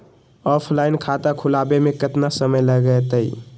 Offline खाता खुलबाबे में केतना समय लगतई?